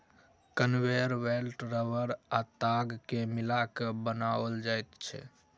conveyor belt रबड़ आ ताग के मिला के बनाओल जाइत छै